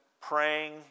praying